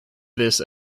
this